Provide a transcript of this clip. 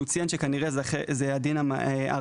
הוא ציין שזה כנראה הדין הרצוי,